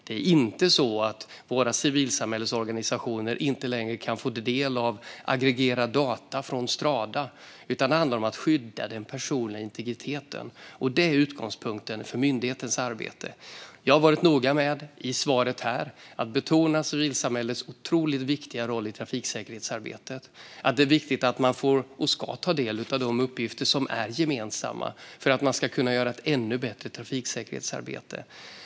Det är inte så att våra civilsamhällesorganisationer inte längre kan ta del av aggregerade data från Strada, utan det handlar om att skydda den personliga integriteten. Det är utgångspunkten för myndighetens arbete. Jag har i svaret här varit noga med att betona civilsamhällets otroligt viktiga roll i trafiksäkerhetsarbetet. Det är viktigt att man får och ska kunna ta del av de uppgifter som är gemensamma för att kunna göra ett ännu bättre trafiksäkerhetsarbete.